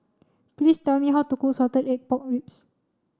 please tell me how to cook salted egg pork ribs